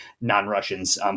non-Russians